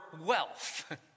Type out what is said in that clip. wealth